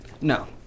no